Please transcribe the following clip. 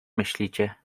myślicie